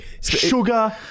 sugar